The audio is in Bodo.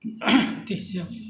दे जाबाय